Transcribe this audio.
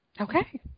Okay